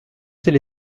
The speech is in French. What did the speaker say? sais